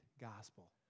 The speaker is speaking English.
gospel